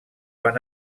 van